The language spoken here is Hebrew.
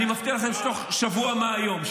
אני מבטיח לכם שתוך שבוע מהיום,